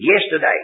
Yesterday